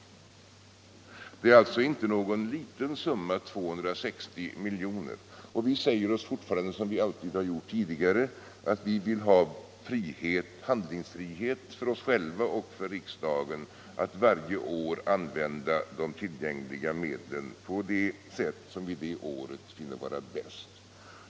Det handlar alltså inte om någon liten summa, 260 milj.kr. när det gäller den här höjningen av barnbidragen, och vi säger oss fortfarande, som alltid tidigare, att vi vill ha handlingsfrihet för oss själva och för riksdagen att varje år använda de tillgängliga medlen på det sätt som vi det året finner vara bäst.